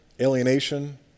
alienation